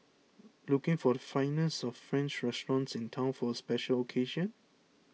looking for the finest of French restaurants in town for a special occasion